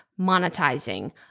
monetizing